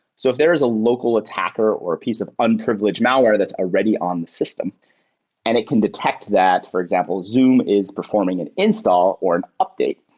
so if there is a local attacker or a piece of underprivileged malware that's already on the system and it can detect that, for example, zoom is performing install or an update,